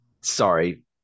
sorry